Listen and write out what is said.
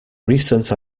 recent